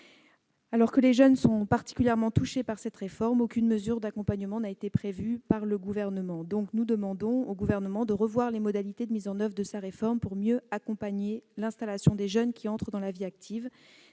Alors que les jeunes seront particulièrement touchés par cette réforme, aucune mesure d'accompagnement n'a été prévue par le Gouvernement. Aussi demandons-nous au Gouvernement de revoir les modalités de mise en oeuvre de sa réforme pour mieux accompagner l'installation des jeunes qui entrent dans la vie active.